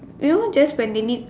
you know just when they need